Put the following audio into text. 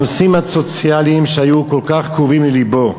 הנושאים הסוציאליים שהיו כל כך קרובים ללבו.